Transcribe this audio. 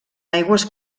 aigües